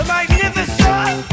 Magnificent